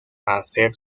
hacer